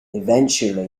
eventually